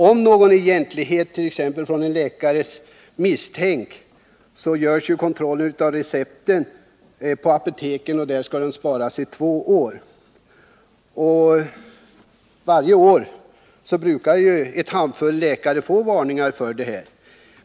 Om någon oegentlighet av t.ex. en läkare misstänks så görs det en kontroll av recepten på apoteken, och recepten skall sparas där i två år. Varje år brukar en handfull läkare få varningar.